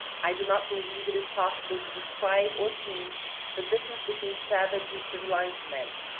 i do not believe it is possible to describe or paint the difference between savage and civilized man.